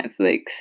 Netflix